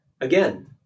Again